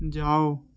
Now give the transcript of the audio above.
جاؤ